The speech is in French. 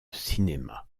cinéma